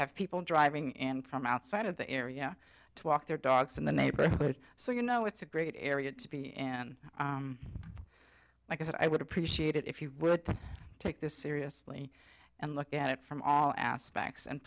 have people driving in from outside of the area to walk their dogs in the neighborhood so you know it's a great area to be and i guess i would appreciate it if you would take this seriously and look at it from all aspects and